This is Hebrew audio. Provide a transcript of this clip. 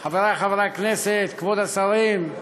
חבריי חברי הכנסת, כבוד השרים,